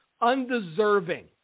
undeserving